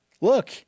look